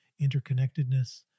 interconnectedness